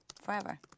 forever